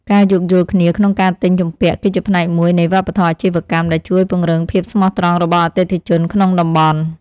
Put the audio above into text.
ការយោគយល់គ្នាក្នុងការទិញជំពាក់ គឺជាផ្នែកមួយនៃវប្បធម៌អាជីវកម្មដែលជួយពង្រឹងភាពស្មោះត្រង់របស់អតិថិជនក្នុងតំបន់។